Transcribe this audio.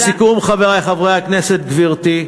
לסיכום, חברי חברי הכנסת, גברתי,